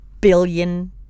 billion